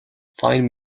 find